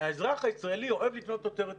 האזרח הישראלי אוהב לקנות תוצרת ישראלית.